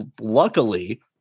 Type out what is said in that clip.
luckily